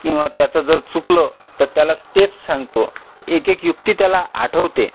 किंवा त्याचं जर चुकलं तर त्याला स्टेप सांगतो एक एक युक्ती त्याला आठवते